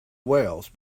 wales